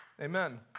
Amen